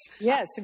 Yes